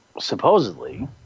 supposedly